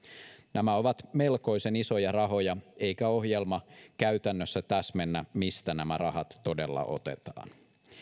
nämä ovat melkoisen isoja rahoja eikä ohjelma käytännössä täsmennä mistä nämä rahat todella otetaan